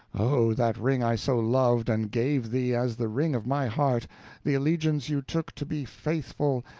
oh, that ring i so loved, and gave thee as the ring of my heart the allegiance you took to be faithful,